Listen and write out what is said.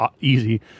easy